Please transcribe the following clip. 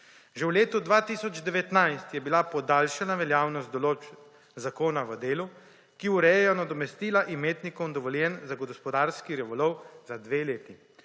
Že v letu 2019 je bila podaljšana veljavnost določb zakona v delu, ki urejajo nadomestila imetnikom dovoljenj za gospodarski ribolov za dve leti,